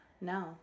No